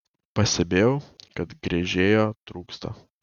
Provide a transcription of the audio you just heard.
pastebėjau kad gręžėjo trūksta